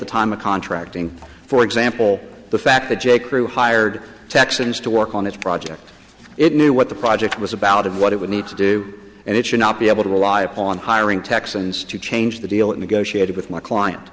the time of contracting for example the fact that j crew hired texans to work on its project it knew what the project was about of what it would need to do and it should not be able to rely on hiring texans to change the deal in a go she had with my client